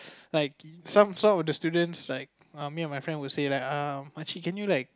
like some some of the students like um me and my friend will say like um macik can you like